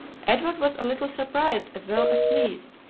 edward was a little surprised as well as pleased,